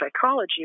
psychology